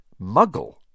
muggle